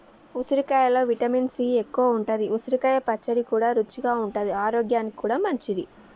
ఉసిరికాయలో vitamin C ఎక్కువుంటది, ఉసిరికాయ పచ్చడి కూడా రుచిగా ఉంటది ఆరోగ్యానికి కూడా మంచిది